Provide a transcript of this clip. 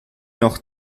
noch